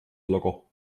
locker